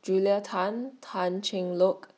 Julia Tan Tan Cheng Lock